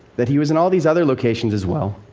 that he was in all these other locations as well,